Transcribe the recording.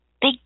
big